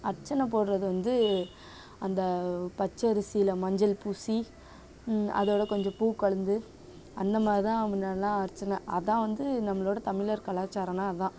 அர்ச்சனை போடுறது வந்து அந்த பச்சரிசியில் மஞ்சள் பூசி அதோடு கொஞ்சம் பூ கலந்து அந்தமாதிரி தான் முன்னாடிலாம் அர்ச்சனை அதுதான் வந்து நம்மளோடய தமிழர் கலாச்சாரம்னா அதுதான்